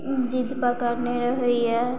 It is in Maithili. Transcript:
जिद पकड़ने रहैया